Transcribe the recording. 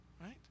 right